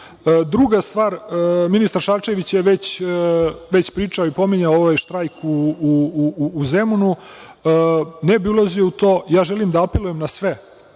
stvar, ministar Šarčević je već pričao i pominjao ovaj štrajk u Zemunu. Ne bih ulazio u to. Ja želim da apelujem na sve,